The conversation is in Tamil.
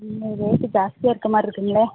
ம் ரேட்டு ஜாஸ்தியாக இருக்குறமாதிரி இருக்குங்களே